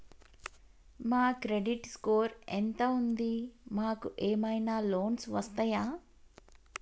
మా credit score ఎంత ఉంది? మాకు ఏమైనా లోన్స్ వస్తయా?